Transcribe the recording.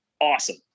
awesome